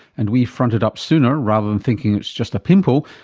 and we fronted up sooner rather than thinking it's just a pimple,